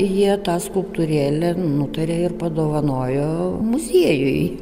jie tą skulptūrėlę nutarė ir padovanojo muziejui